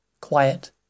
quiet